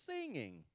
singing